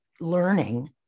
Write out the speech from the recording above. learning